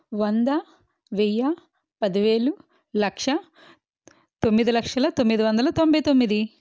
వంద వెయ్యి పదివేలు లక్ష తొమ్మిది లక్షల తొమ్మిది వందల తొంభై తొమ్మిది